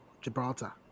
Gibraltar